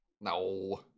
No